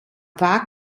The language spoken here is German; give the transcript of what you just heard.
war